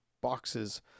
boxes